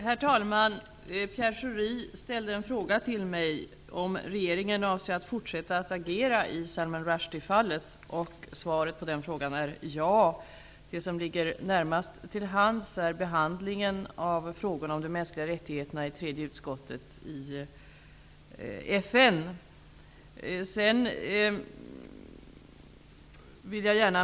Herr talman! Pierre Schori ställde en fråga till mig om regeringen avser att fortsätta agera i Sulman Rushdie-fallet. Svaret på den frågan är ja. Det som ligger närmast till hands är behandlingen av frågorna om de mänskliga rättigheterna i tredje utskottet i FN.